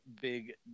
big